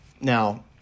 Now